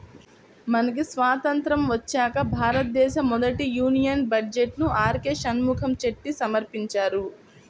మనకి స్వతంత్రం వచ్చాక భారతదేశ మొదటి యూనియన్ బడ్జెట్ను ఆర్కె షణ్ముఖం చెట్టి సమర్పించారు